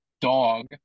dog